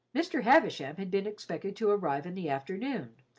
mr. havisham had been expected to arrive in the afternoon,